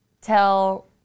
tell